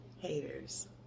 Haters